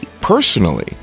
personally